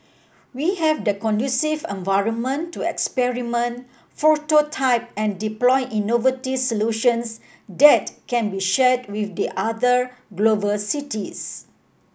we have the conducive environment to experiment prototype and deploy innovative solutions that can be shared with the other global cities